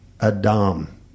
Adam